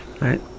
right